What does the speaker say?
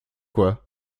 quoi